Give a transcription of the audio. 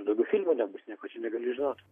ir daugiau filmų nebus nieko čia negali žinot